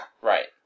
Right